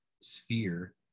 sphere